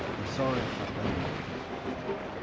i'm sorry if i've done and anything to offend you.